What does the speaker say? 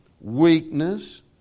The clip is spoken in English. weakness